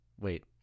wait